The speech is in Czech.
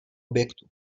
objektu